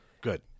Good